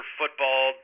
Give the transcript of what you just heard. football